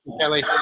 Kelly